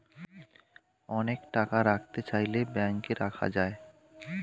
অনেক টাকা রাখতে চাইলে ব্যাংকে রাখা যায়